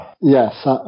Yes